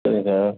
சரிங்க சார்